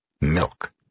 Milk